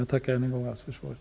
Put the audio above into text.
Jag tackar än en gång för svaret.